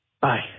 Bye